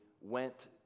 went